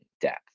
depth